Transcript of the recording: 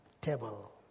table